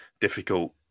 difficult